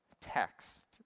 text